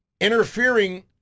interfering